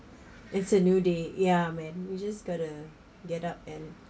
it's a new day ya man we just have got to get up and